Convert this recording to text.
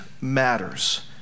matters